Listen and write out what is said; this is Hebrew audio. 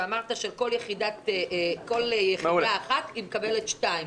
שאמרת שכל יחידה אחת מקבלת שתיים.